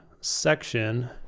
section